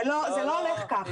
זה לא הולך כך, צופית.